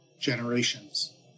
generations